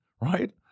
right